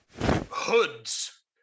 hoods